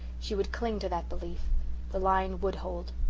she would cling to that belief the line would hold.